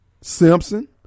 Simpson